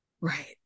right